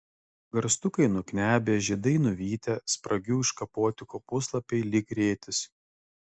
garstukai nuknebę žiedai nuvytę spragių iškapoti kopūstlapiai lyg rėtis